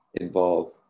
involve